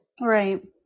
Right